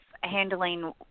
handling